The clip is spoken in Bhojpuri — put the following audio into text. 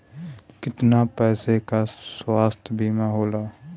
कितना पैसे का स्वास्थ्य बीमा होला?